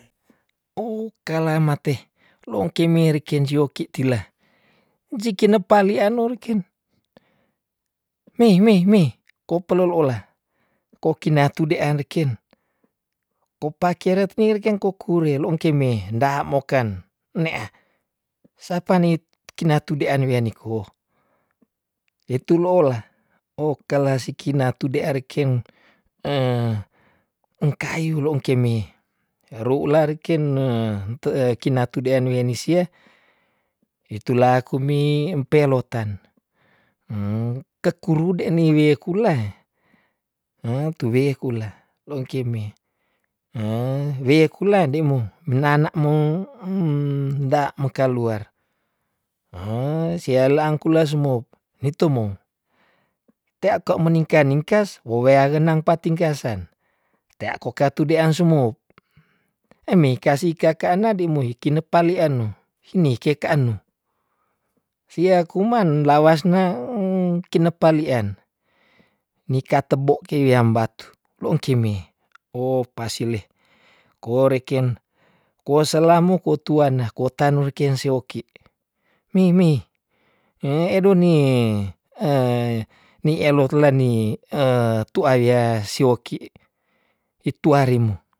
Okalah mate lo ong ke me reken si oki tila, jiki nepalia no reken mei meh meh ko peleloula, ko kinatu de ah reken ko pakeret ni reken kukure lo ong ke me nda moken, ne ah sapa nit kina tu dean wean niko wetu loula okalah si ki natu de rekeng engkayu lo ong ke me, roula reken te e kina tu dean wian ni sia itulah kumi empe lotan kekuru de ni wie kula heh tu we kula lo ong ke me heh wie kula de moh menana mong nda mo kaluar heh sia alang kula sumop nitu mo, tea ko meningka- ningkas wo wea genang pating kasan tea koka tu de an sumop, emei kasi kaka an na de muhi kinep pali an no, hine ke ka an no, sia kuman lawas nge kine palian nika tebo ke wiam batu lo ong ke me opasil e, ko reken kuo selamu ko tuan na kota nurken si woki mei meh heh edon nie ni elot la nie tua wia si woki itu wa rimo.